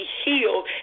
healed